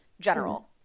general